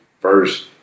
first